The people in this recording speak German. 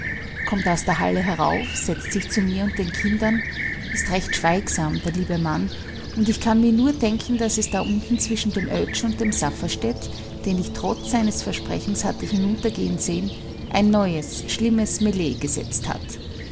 kommt aus der halle herauf setzt sich zu mir und den kindern ist recht schweigsam der liebe mann und ich kann mir nur denken daß es da unten zwischen dem oetsch und dem safferstätt den ich trotz seines versprechens hatte hinuntergehen sehen ein neues schlimmes mele gesetzt hat